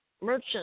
merchant